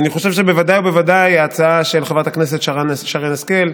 ואני חושב שבוודאי ובוודאי ההצעה של חברת הכנסת שרן השכל,